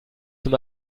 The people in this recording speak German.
zum